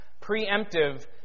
Preemptive